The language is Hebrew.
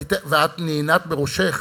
את נענעת בראשך